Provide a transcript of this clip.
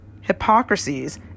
hypocrisies